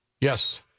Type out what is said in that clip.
Yes